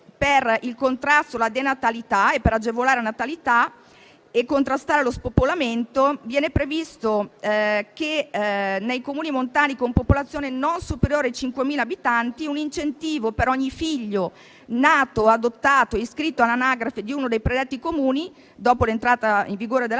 in Commissione all'articolo 24, per agevolare la natalità e contrastare lo spopolamento. È previsto nei Comuni montani con popolazione non superiore ai 5.000 abitanti un incentivo per ogni figlio nato o adottato e iscritto all'anagrafe di uno dei predetti Comuni, dopo l'entrata in vigore della